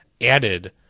added